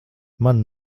man